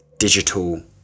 digital